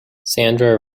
sandra